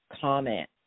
comment